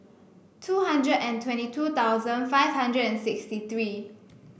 two hundred and twenty two thousand five hundred and sixty three